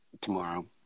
tomorrow